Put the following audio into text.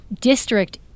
district